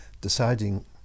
deciding